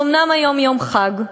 אז אומנם היום יום חג,